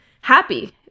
happy